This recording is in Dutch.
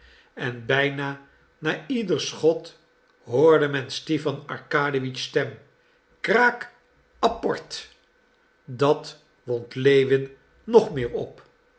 en bijna na ieder schot hoorde men stipan arkadiewitsch stem kraak apporte dat wond lewin nog meer op